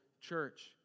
church